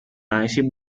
icy